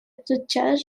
тотчас